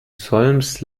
solms